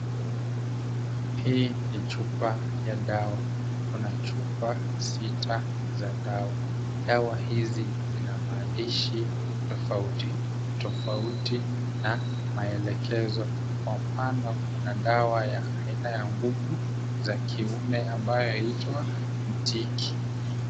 Hii ni chupa ya dawa. Kuna chupa sita za dawa. Dawa hizi zina maandishi tofauti tofauti na maelekezo. Kwa mfano kuna dawa ya aina ya nguvu za kiume ambayo yaitwa Mtiki.